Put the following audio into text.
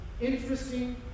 interesting